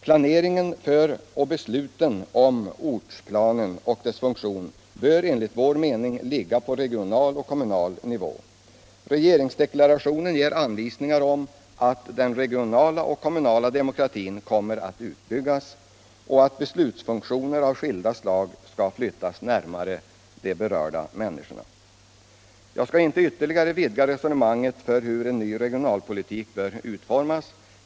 Planeringen för och besluten om ortsplanen och dess funktion bör enligt vår mening ligga på regional och kommunal nivå. Regeringsdeklarationen ger anvisningar om att den regionala och kommunala demokratin kommer att utbyggas och att beslutsfunktioner av skilda slag skall flyttas närmare de berörda människorna. Jag skall inte ytterligare vidga resonemanget om hur en ny regerings | politik bör utformas.